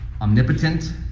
omnipotent